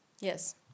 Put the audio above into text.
Yes